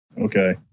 Okay